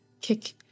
kick